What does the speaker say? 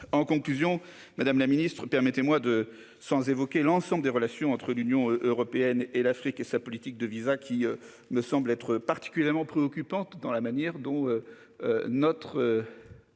en conclusion Madame la Ministre permettez-moi de sans évoquer l'ensemble des relations entre l'Union européenne et l'Afrique et sa politique de visas qui me semble être particulièrement préoccupante dans la manière dont. Notre.